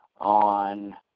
on